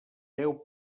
deu